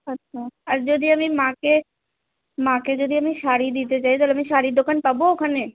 আচ্ছা আর যদি আমি মাকে মাকে যদি আমি শাড়ি দিতে চাই তাহলে আমি শাড়ি দোকান পাবো ওখানে